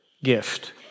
gift